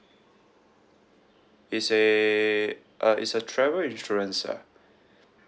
it's a uh it's a travel insurance ah